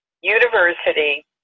University